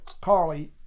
Carly